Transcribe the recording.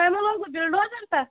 تۄہہِ ما لوگوٗ بِلڈوزَر تَتھ